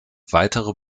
weitere